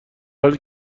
حالی